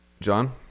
John